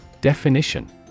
Definition